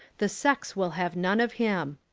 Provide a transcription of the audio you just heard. the sex will have none of him.